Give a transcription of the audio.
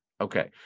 Okay